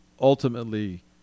ultimately